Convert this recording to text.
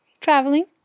traveling